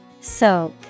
Soak